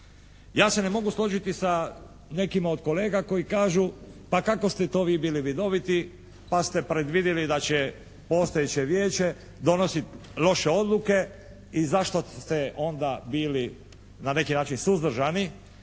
Ja se ne mogu složiti sa nekima od kolega koji kažu pa kako ste to vi bili vidoviti pa ste predvidjeli da će postojeće vijeće donositi loše odluke i zašto ste onda bili na neki način suzdržani